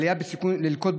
עלייה בסיכון ללקות,